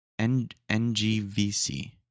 NGVC